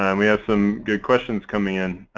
um we have some good questions coming in.